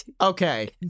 Okay